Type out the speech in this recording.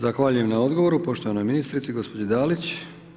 Zahvaljujem na odgovoru poštovanoj ministrici gospođi Dalić.